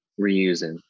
reusing